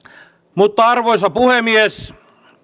mutta arvoisa puhemies